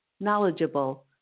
knowledgeable